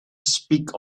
speak